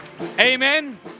Amen